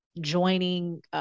joining